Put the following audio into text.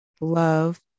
love